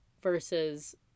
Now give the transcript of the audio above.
versus